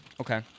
Okay